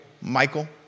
Michael